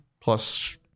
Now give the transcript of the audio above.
plus